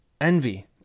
Envy